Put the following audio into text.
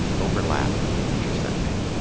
overlapping and intersecting.